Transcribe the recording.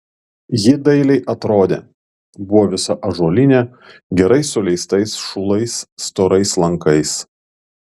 ji dailiai atrodė buvo visa ąžuolinė gerai suleistais šulais storais lankais